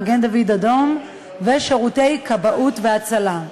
מגן-דוד-אדום ושירותי כבאות והצלה.